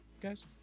guys